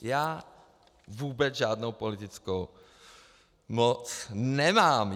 Já vůbec žádnou politickou moc nemám.